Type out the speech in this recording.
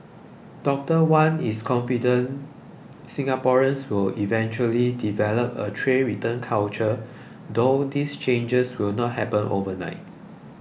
Doctor Wan is confident Singaporeans will eventually develop a tray return culture though these changes will not happen overnight